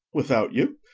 without you!